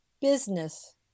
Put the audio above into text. business